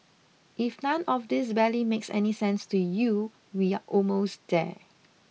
if none of this barely makes any sense to you we're almost there